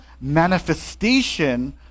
manifestation